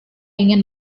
ingin